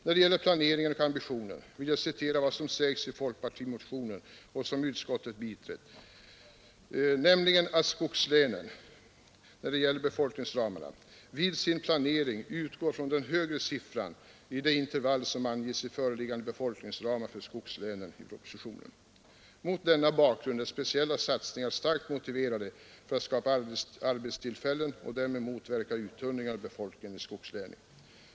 När det gäller planeringen och ambitionen vill jag anföra vad som sägs i folkpartimotionen och som utskottet biträtt, nämligen att skogslänen vid sin planering utgår ifrån den högre siffran i det intervall som anges i föreliggande befolkningsramar för skogslänen i propositionen. Mot denna bakgrund är speciella satsningar som skapar arbetstillfällen, och därmed motverkar uttunningen av befolkningen i skogslänen, starkt motiverade. Herr talman!